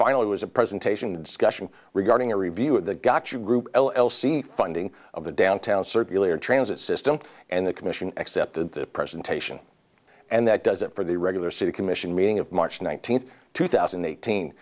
finally was a presentation discussion regarding a review of the gotcha group l l c funding of the downtown circulator transit system and the commission accept the presentation and that does it for the regular city commission meeting of march nineteenth two thousand and eighteen